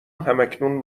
همکنون